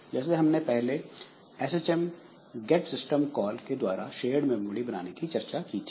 जैसे हमने पहले SHM गेट सिस्टम कॉल के द्वारा शेयर्ड मेमोरी बनाने की चर्चा की थी